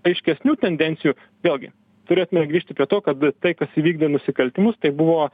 aiškesnių tendencijų vėlgi turėtume grįžti prie to kad tai kas įvykdė nusikaltimus tai buvo